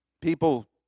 People